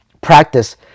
practice